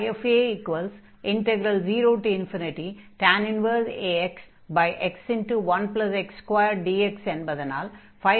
a0tan 1axx1x2dx என்பதனால் 00 என்று ஆகும்